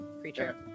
creature